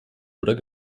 oder